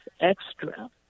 extra